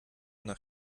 nach